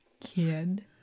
Kid